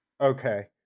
okay